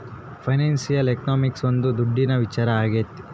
financial economics ಒಂದ್ ದುಡ್ಡಿನ ವಿಚಾರ ಆಗೈತೆ